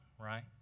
Right